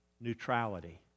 neutrality